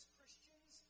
Christians